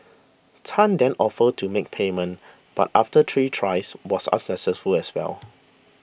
Tan then offered to make payment but after three tries was unsuccessful as well